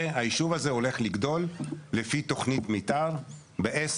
היישוב הזה הולך לגדול לפי תוכנית מתאר ב-10,